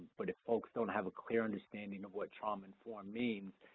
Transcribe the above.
but if folks don't have a clear understanding of what trauma-informed means,